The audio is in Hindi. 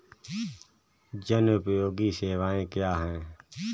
जनोपयोगी सेवाएँ क्या हैं?